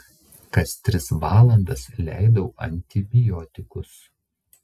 kas tris valandas leidau antibiotikus